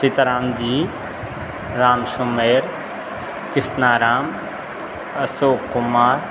Sitaram ji Ram Sumer Krishna Ram Ashok Kumar